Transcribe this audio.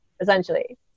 essentially